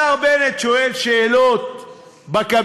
השר בנט שואל שאלות בקבינט,